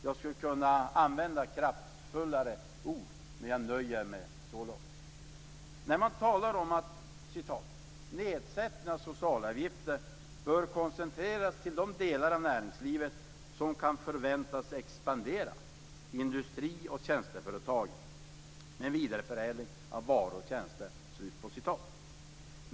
Jag skulle kunna använda kraftfullare ord, men jag nöjer mig så långt. Man uttalar: "Nedsättning av socialavgifter bör koncentreras till de delar av näringslivet som kan förväntas expandera, som industri och tjänsteföretag med vidareförädling av varor och tjänster".